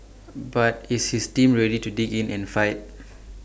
but is his team ready to dig in and fight